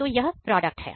तो यह प्रोडक्ट है